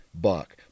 buck